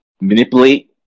manipulate